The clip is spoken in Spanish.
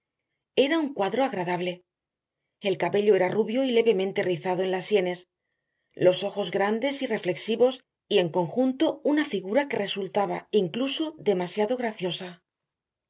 era un cuadro agradable el cabello era rubio y levemente rizado en las sienes los ojos grandes y reflexivos y en conjunto una figura que resultaba incluso demasiado graciosa